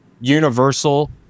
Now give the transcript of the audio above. universal